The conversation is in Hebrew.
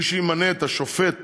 ימנה את השופט